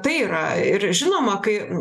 tai yra ir žinoma kai